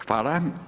Hvala.